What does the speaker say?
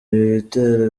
ibitero